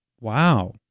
Wow